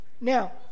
Now